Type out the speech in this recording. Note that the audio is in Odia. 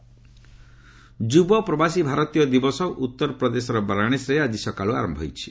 ପ୍ରବାସୀ ଭାରତୀୟ ଯୁବ ପ୍ରବାସୀ ଭାରତୀୟ ଦିବସ ଉତ୍ତର ପ୍ରଦେଶ ବାରଣାସୀରେ ଆଜି ସକାଳୁ ଆରମ୍ଭ ହୋଇଛି